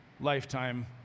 lifetime